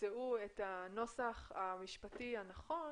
ימצאו את הנוסח המשפטי הנכון